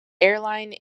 airline